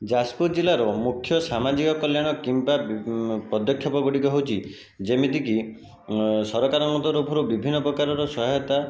ଯାଜପୁର ଜିଲ୍ଲାର ମୁଖ୍ୟ ସାମାଜିକ କଲ୍ୟାଣ କିମ୍ବା ପଦକ୍ଷେପ ଗୁଡ଼ିକ ହେଉଛି ଯେମିତି କି ସରକାରଙ୍କ ତରଫରୁ ବିଭିନ୍ନ ପ୍ରକାରର ସହାୟତା